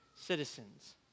citizens